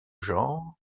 genre